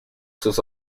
sus